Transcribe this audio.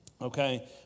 okay